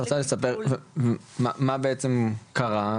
מה בעצם קרה?